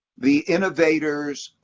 the innovators